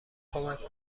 کمک